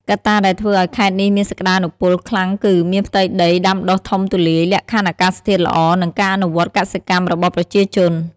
កត្តាដែលធ្វើឱ្យខេត្តនេះមានសក្ដានុពលខ្លាំងគឺ មានផ្ទៃដីដាំដុះធំទូលាយ លក្ខខណ្ឌអាកាសធាតុល្អ និងការអនុវត្តកសិកម្មរបស់ប្រជាជន។